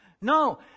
No